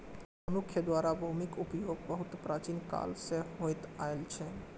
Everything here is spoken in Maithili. मनुक्ख द्वारा भूमिक उपयोग बहुत प्राचीन काल सं होइत आयल छै